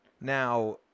Now